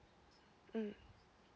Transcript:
mm